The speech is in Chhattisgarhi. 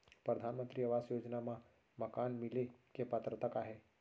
परधानमंतरी आवास योजना मा मकान मिले के पात्रता का हे?